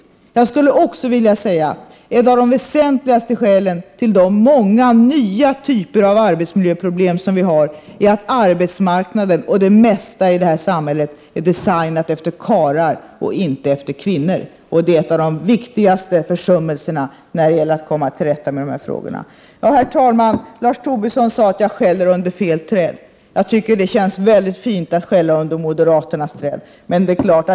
Jag skulle också vilja säga att ett av de väsentligaste skälen till de många nya typerna av arbetsmiljöproblem som vi har är att arbetsmarknaden och det mesta i samhället är designat efter karlar och inte efter kvinnor. Det är en av de viktigaste försummelserna när det gäller att komma till rätta med de här frågorna. Herr talman! Lars Tobisson sade att jag skäller under fel träd. Jag tycker att det känns väldigt fint att skälla under moderaternas träd.